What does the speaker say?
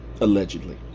allegedly